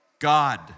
God